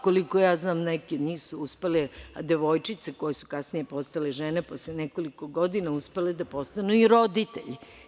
Koliko znam, neki nisu uspeli, devojčice koje su kasnije postale žene, posle nekoliko godina uspele da postanu i roditelji.